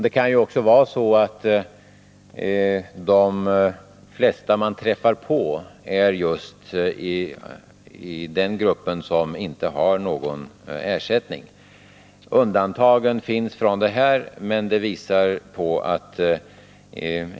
Det kan också vara så att de flesta man träffar på just tillhör den grupp som inte har någon ersättning. Undantag finns från detta.